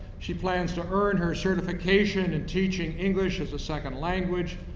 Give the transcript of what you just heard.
she plans to earn her certification in teaching english as a second language,